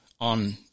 on